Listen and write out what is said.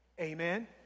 Amen